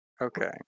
Okay